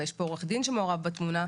ויש פה עורך דין שמעורב בתאונה,